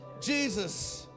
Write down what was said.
Jesus